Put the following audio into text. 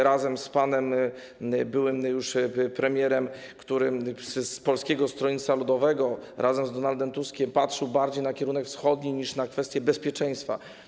razem z panem byłym już premierem z Polskiego Stronnictwa Ludowego, który razem z Donaldem Tuskiem patrzył bardziej na kierunek wschodni niż na kwestie bezpieczeństwa.